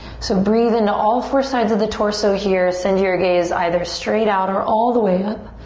so breathe into all four sides of the torso here. send your gaze either straight out or all the way up.